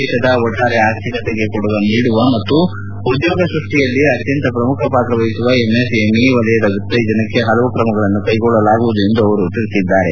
ದೇಶದ ಒಟ್ಟಾರೆ ಆರ್ಥಿಕತೆಗೆ ಕೊಡುಗೆ ನೀಡುವ ಮತ್ತು ಉದ್ಯೋಗ ಸೃಷ್ಟಿಯಲ್ಲಿ ಅತ್ಯಂತ ಪ್ರಮುಖ ಪಾತ್ರ ವಹಿಸುವ ಎಂಎಸ್ಎಂಇ ವಲಯದ ಉತ್ತೇಜನಕ್ಕೆ ಹಲವು ತ್ರಮಗಳನ್ನು ಕೈಗೊಳ್ಳಲಾಗುವುದು ಎಂದು ಅವರು ಹೇಳಿದ್ದಾರೆ